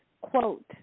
quote